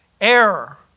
error